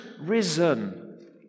risen